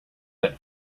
but